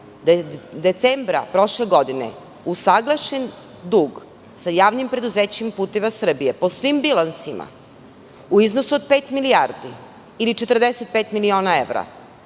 da je decembra prošle godine usaglašen dug sa Javnim preduzećem "Putevi Srbije" po svim bilansima, u iznosu od pet milijardi ili 45 miliona evra,